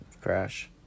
Crash